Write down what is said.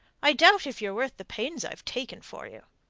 i doubt if ye're worth the pains i've taken for you.